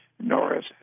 Norris